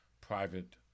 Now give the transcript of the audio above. private